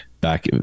Back